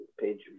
page